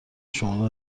شما